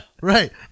right